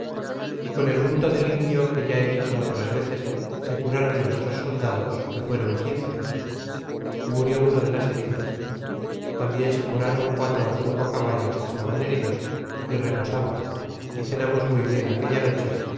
y con el unto del indio que ya he dicho otras veces se curáron nuestros soldados que fueron quince y murió uno de las heridas y tambien se curron quatro o cinco caballos que estaban heridos y reposamos y cenamos muy bien aquella noche